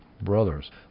brothers